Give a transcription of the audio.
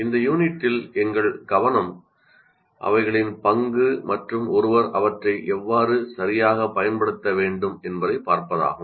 இந்த யூனிட்டில் எங்கள் கவனம் அவர்களின் பங்கு மற்றும் ஒருவர் அவற்றை எவ்வாறு சரியாகப் பயன்படுத்த வேண்டும் என்பதைப் பார்க்கும்